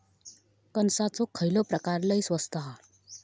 कणसाचो खयलो प्रकार लय स्वस्त हा?